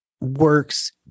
works